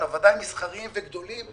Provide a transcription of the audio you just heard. ודאי מסחריים וגדולים,